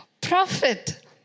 prophet